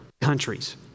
countries